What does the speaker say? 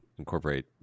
Incorporate